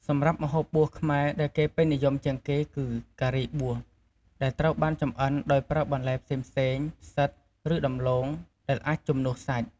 សម្រាប់ម្ហូបបួសខ្មែរដែលគេពេញនិយមជាងគេគឺ "ការីបួស" ដែលត្រូវបានចម្អិនដោយប្រើបន្លែផ្សេងៗ ផ្សិត ឬដំឡូង ដែលអាចជំនួសសាច់។